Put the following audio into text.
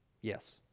Yes